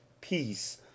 peace